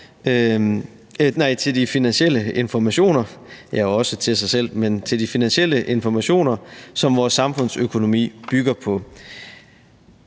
til de finansielle informationer, som vores samfundsøkonomi bygger på.